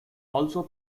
also